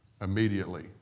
Immediately